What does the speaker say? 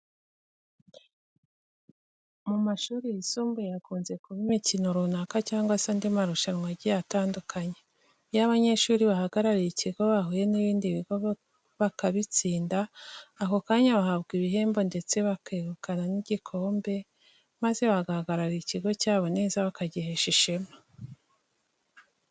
Mu mashuri yisumbuye hakunze kuba imikino runaka cyangwa se andi marushanwa agiye atandukanye. Iyo abanyeshuri bahagarariye ikigo bahuye n'ibindi bigo bakabitsinda, ako kanya bahabwa ibihembo ndetse bakegukana n'igikombe maze bagahagararira ikigo cyabo neza bakagihesha ishema.